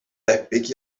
debyg